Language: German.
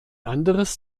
anderes